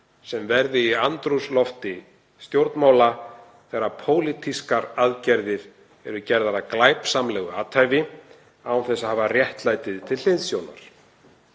sem verði í andrúmslofti stjórnmála þegar pólitískar aðgerðir eru gerðar að glæpsamlegu athæfi án þess að hafa réttlætið til hliðsjónar.